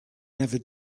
never